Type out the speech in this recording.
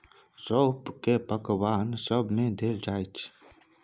सौंफ केँ पकबान सब मे देल जाइ छै